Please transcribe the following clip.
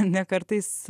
ne kartais